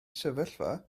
sefyllfa